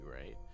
right